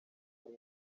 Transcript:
hari